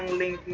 may